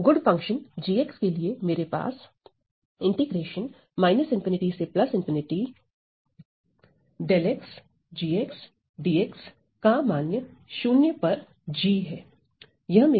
अतः good function g के लिए मेरे पास 𝛿gdx का मान 0 पर g है